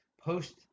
post